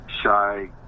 shy